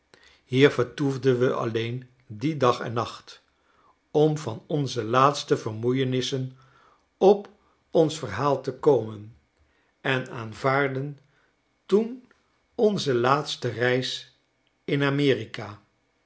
hier vertoefden we alleen dien dag en nacht om van onze laatste vermoeienissen op ons verhaal te komen en aanvaardden toen onze laatste reis in amerika